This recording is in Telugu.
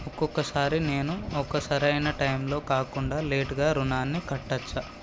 ఒక్కొక సారి నేను ఒక సరైనా టైంలో కాకుండా లేటుగా రుణాన్ని కట్టచ్చా?